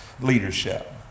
leadership